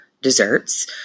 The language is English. desserts